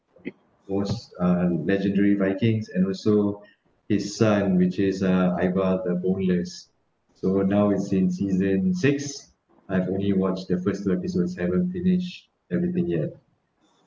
who's a legendary vikings and also his son which is uh ivar the boneless so now it's in season six I've only watched the first two episode haven't finished everything yet